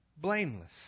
blameless